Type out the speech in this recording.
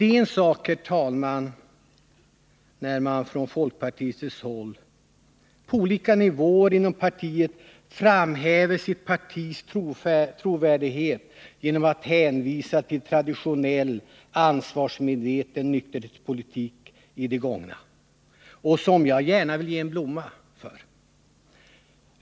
Det är en sak, herr talman, när man från folkpartihåll — på olika nivåer inom partiet — framhäver sitt partis trovärdighet genom att hänvisa till traditionell ansvarsmedveten nykterhetspolitik i gången tid, som jag gärna ger en blomma för.